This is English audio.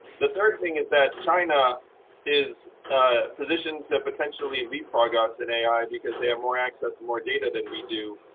the third thing is that china is ah positioned to potentially potentially leapfrog us in ai because they have more access to more data than we do.